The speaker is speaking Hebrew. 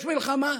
יש מלחמה?